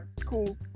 cool